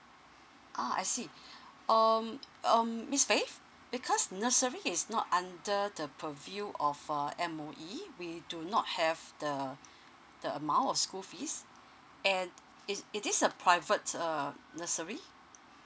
ah I see um um miss fave because nursery is not under the preview of err M_O_E we do not have the the amount of school fees and it it is a private err nursery